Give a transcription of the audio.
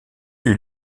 eut